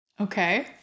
okay